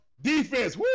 defense